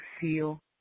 feel